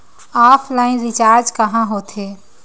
Offline recharge कहां होथे?